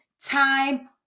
time